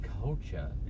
culture